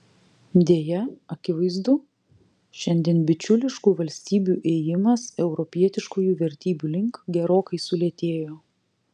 deja akivaizdu šiandien bičiuliškų valstybių ėjimas europietiškųjų vertybių link gerokai sulėtėjo